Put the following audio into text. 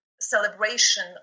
celebration